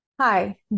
Hi